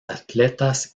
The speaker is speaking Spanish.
atletas